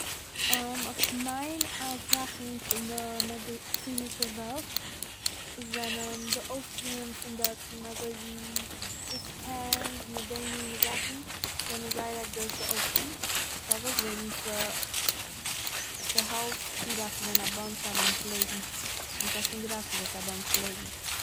איך מיין אז זאכן פון די מעדיצינישע וועלט זענען די אויפטוהען פון דארטן אזויווי די סקענס מיט די מיני זאכן זענען זייער א גרויסע אויפטוה, פארוואס? וועגן ס- ס'העלפט צו ראטעווען א באנטש א באנטש לעבן'ס און ס'האט שוין געראטעוועט א באנטש לעבן'ס.